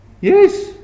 Yes